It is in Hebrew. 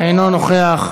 אינו נוכח.